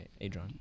Adron